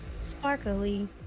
sparkly